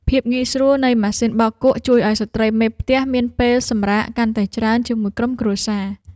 ភាពងាយស្រួលនៃម៉ាស៊ីនបោកគក់ជួយឱ្យស្ត្រីមេផ្ទះមានពេលសម្រាកកាន់តែច្រើនជាមួយក្រុមគ្រួសារ។